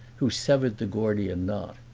who severed the gordian knot.